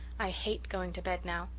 i hate going to bed now.